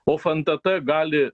o fntt gali